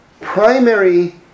primary